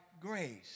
grace